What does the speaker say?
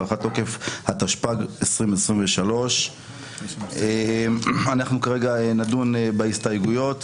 הארכת תוקף התשפ"ג 2023. אנחנו כרגע נדון בה הסתייגויות,